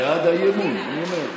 בעד האי-אמון, אני אומר.